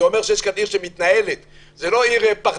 זה אומר שיש כאן עיר שמתנהל, זאת לא עיר פרטאצ'ית.